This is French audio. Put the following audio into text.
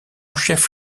chef